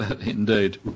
indeed